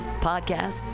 podcasts